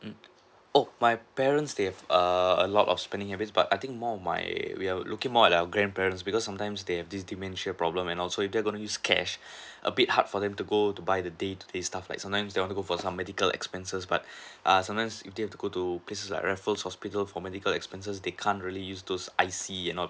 mm oh my parents they have err a lot of spending habits but I think more of my we are looking more at our grandparents because sometimes they have this dementia problem and also if they're gonna use cash a bit hard for them to go to buy the day to day stuff like sometimes they want to go for some medical expenses but err sometimes if they want to go to places right like raffles hospital for medical expenses they can't really use those I_C and all